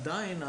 עדיין,